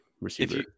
receiver